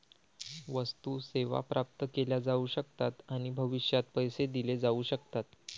वस्तू, सेवा प्राप्त केल्या जाऊ शकतात आणि भविष्यात पैसे दिले जाऊ शकतात